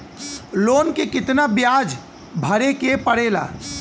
Loan के कितना ब्याज भरे के पड़े ला?